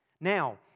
Now